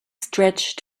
stretch